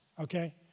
okay